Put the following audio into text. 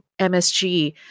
msg